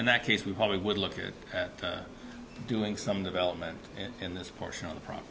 in that case we probably would look at doing some development in this portion of the problem